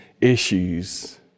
issues